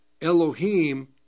Elohim